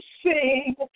sing